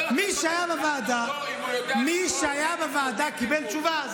לא, אם הוא יודע, מי שהיה בוועדה קיבל תשובה.